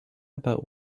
about